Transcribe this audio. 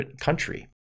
country